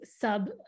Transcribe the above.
sub